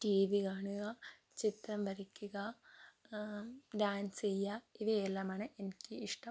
T V കാണുക ചിത്രം വരയ്ക്കുക ഡാൻസ് ചെയ്യുക ഇവയെല്ലാം ആണ് എനിക്കിഷ്ടം